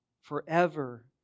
Forever